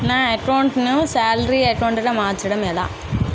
నా అకౌంట్ ను salary account గా మార్చటం ఎలా?